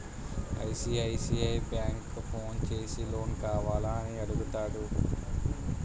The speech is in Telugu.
ఐ.సి.ఐ.సి.ఐ బ్యాంకు ఫోన్ చేసి లోన్ కావాల అని అడుగుతాడు